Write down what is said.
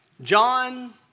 John